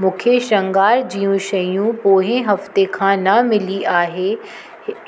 मूंखे श्रंगार जूं शयूं पोएं हफ़्ते खां न मिली आहे